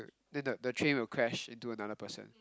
then the the train will crash into another person